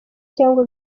cyangwa